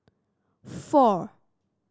four